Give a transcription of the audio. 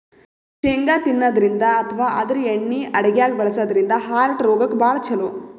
ಶೇಂಗಾ ತಿನ್ನದ್ರಿನ್ದ ಅಥವಾ ಆದ್ರ ಎಣ್ಣಿ ಅಡಗ್ಯಾಗ್ ಬಳಸದ್ರಿನ್ದ ಹಾರ್ಟ್ ರೋಗಕ್ಕ್ ಭಾಳ್ ಛಲೋ